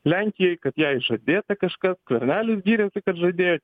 lenkijai kad jai žadėta kažkas skvernelis gyrėsi kad žadėjo